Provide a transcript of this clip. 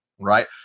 right